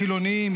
חילונים,